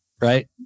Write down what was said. right